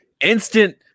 instant